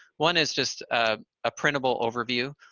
one is just a ah printable overview.